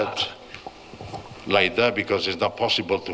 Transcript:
it like that because it's not possible to